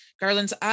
Garland's